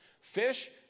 fish